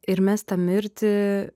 ir mes tą mirti